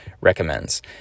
recommends